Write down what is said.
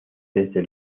desde